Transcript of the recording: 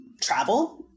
travel